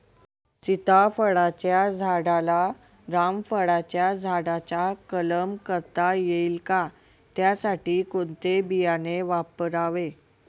सीताफळाच्या झाडाला रामफळाच्या झाडाचा कलम करता येईल का, त्यासाठी कोणते बियाणे वापरावे?